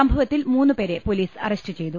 സംഭവത്തിൽ മൂന്നു പേരെ പൊലീസ് അറസ്റ്റു ചെയ്തു